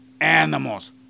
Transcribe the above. animals